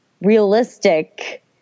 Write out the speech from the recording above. realistic